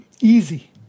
easy